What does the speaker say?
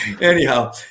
Anyhow